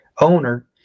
owner